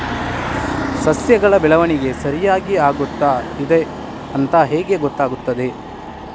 ಸಸ್ಯಗಳ ಬೆಳವಣಿಗೆ ಸರಿಯಾಗಿ ಆಗುತ್ತಾ ಇದೆ ಅಂತ ಹೇಗೆ ಗೊತ್ತಾಗುತ್ತದೆ?